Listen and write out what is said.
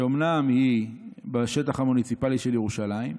שאומנם היא בשטח המוניציפלי של ירושלים,